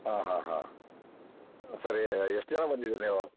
ಹಾಂ ಹಾಂ ಹಾಂ ಸರಿ ಎಷ್ಟು ಜನ ಬಂದಿದ್ದೀರಿ ನೀವು